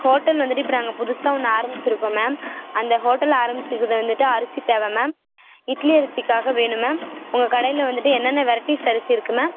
hotel வந்துட்டு இப்போ நாங்கள் புதுசாக ஒன்று ஆரமிச்சுருக்கோம் மேம் அந்த ஹோட்டல் ஆரமிச்சிருக்கிறது வந்துட்டு அரிசி தேவை மேம் இட்லி அரிசிக்காக வேணும் மேம் உங்கள் கடையில் வந்துட்டு என்ன என்ன வெரைட்டிஸ் அரிசி இருக்குது மேம்